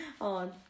On